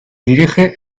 dirige